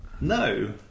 No